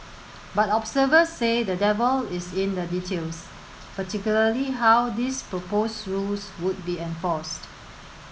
but observers say the devil is in the details particularly how these proposed rules would be enforced